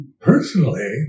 personally